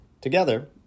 Together